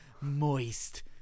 moist